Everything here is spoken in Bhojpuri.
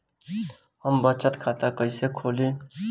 हम बचत खाता कइसे खोलीं?